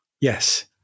Yes